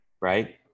right